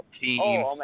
team